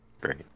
great